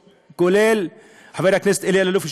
כולל חבר הכנסת אלי אלאלוף,